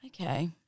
Okay